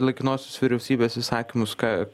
laikinosios vyriausybės įsakymus ką